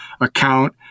account